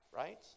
Right